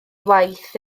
waith